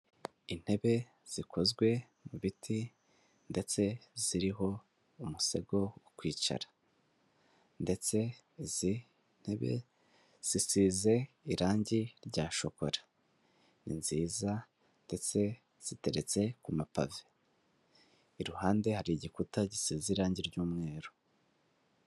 Intebe zikozwe mu biti ndetse ziriho umusego wo kwicara ndetse izi ntebe zisize irangi rya shokola, ni nziza ndetse ziteretse ku mapave, i ruhande hari igikuta giseze irangi ry'umweru.